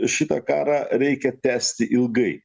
šitą karą reikia tęsti ilgai